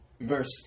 verse